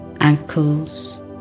ankles